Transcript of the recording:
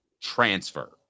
transfer